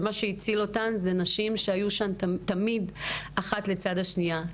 ומה שהציל אותן זה נשים שהיו תמיד אחת לצד השנייה.